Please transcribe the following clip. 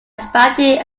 expanded